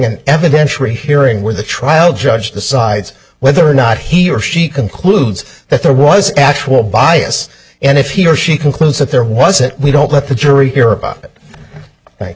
an evidentiary hearing where the trial judge decides whether or not he or she concludes that there was actual bias and if he or she concludes that there was it we don't let the jury hear about